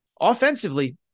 Offensively